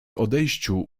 odejściu